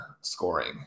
scoring